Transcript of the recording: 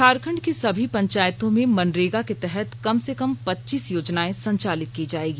झारखंड के सभी पंचायतों में मनरेगा के तहत कम से कम पच्चीस योजनाएं संचालित की जाएगी